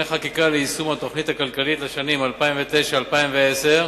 חקיקה ליישום התוכנית הכלכלית לשנים 2009 ו-2010)